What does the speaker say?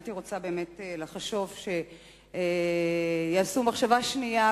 הייתי רוצה לחשוב שתהיה מחשבה שנייה